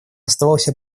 оставался